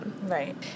Right